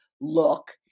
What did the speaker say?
look